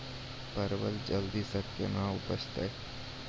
परवल जल्दी से के ना उपजाते?